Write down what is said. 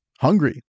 hungry